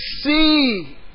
see